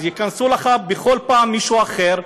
אז ייכנס לך בכל פעם מישהו אחר,